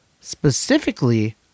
Specifically